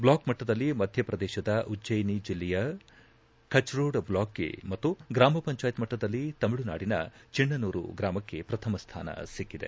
ಬ್ಲಾಕ್ಮಟ್ಟದಲ್ಲಿ ಮಧ್ಯಪ್ರದೇಶದ ಉಜ್ಜಯಿನಿ ಜಿಲ್ಲೆಯ ಖಚ್ರೋಡ್ ಬ್ಲಾಕ್ಗೆ ಮತ್ತು ಗ್ರಾಮ ಪಂಚಾಯತ್ ಮಟ್ಟದಲ್ಲಿ ತಮಿಳುನಾಡಿನ ಚಿಣ್ಣನೂರು ಗ್ರಾಮಕ್ಕೆ ಪ್ರಥಮ ಸ್ಥಾನ ಸಿಕ್ಕಿದೆ